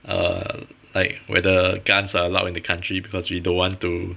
err like whether guns are allowed in the country because we don't want to